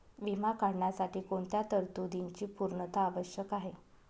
विमा काढण्यासाठी कोणत्या तरतूदींची पूर्णता आवश्यक आहे?